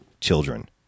children